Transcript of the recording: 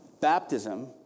baptism